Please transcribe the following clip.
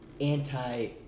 anti